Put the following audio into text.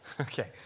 Okay